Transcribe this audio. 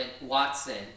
Watson